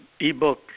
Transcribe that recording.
e-book